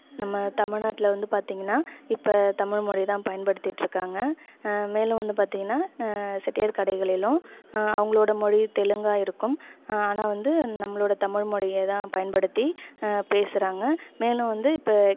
நம்ம தமிழ்நாட்டில் வந்து பார்த்திங்கனா இப்போ தமிழ்மொழிதான் பயன்படுத்திகிட்டுருக்காங்க மேலும் வந்து பார்த்திங்கன்னா செட்டியார் கடைகளிலும் அவங்களோட மொழி தெலுங்காக இருக்கும் ஆனால் வந்து நம்மளோடய தமிழ்மொழியை தான் பயன்படுத்தி பேசுகிறாங்க மேலும் வந்து இப்போ